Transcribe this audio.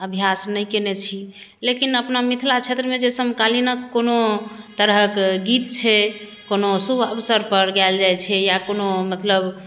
अभ्यास नहि कयने छी लेकिन अपना मिथिला क्षेत्रमे जे समकालीनक कोनो तरहक गीत छै कोनो शुभ अवसरपर गायल जाइत छै या कोनो मतलब